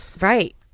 Right